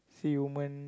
see women